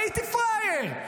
הייתי פראייר.